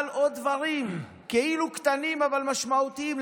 ועוד דברים כאילו קטנים אבל משמעותיים.